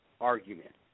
argument